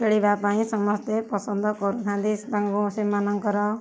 ଖେଳିବା ପାଇଁ ସମସ୍ତେ ପସନ୍ଦ କରୁଥାନ୍ତି ତାଙ୍କୁ ସେମାନଙ୍କର